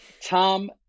Tom